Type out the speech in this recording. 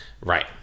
Right